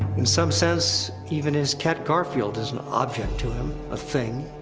in some sense, even his cat garfield is an object to him, a thing.